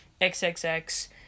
XXX